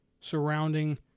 surrounding